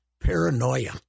paranoia